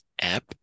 app